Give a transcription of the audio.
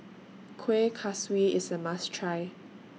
Kueh Kaswi IS A must Try